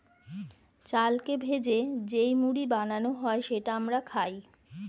চালকে ভেজে যেই মুড়ি বানানো হয় সেটা আমরা খাই